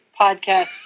podcast